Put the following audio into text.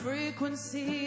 Frequency